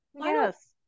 Yes